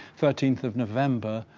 thirteenth of november,